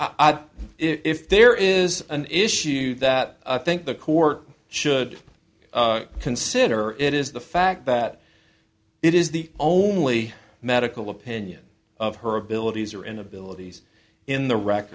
obviously if there is an issue that i think the court should consider it is the fact that it is the only medical opinion of her abilities or inabilities in the rec